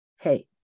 Hey